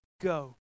Go